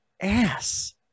ass